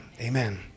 amen